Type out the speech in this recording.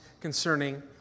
concerning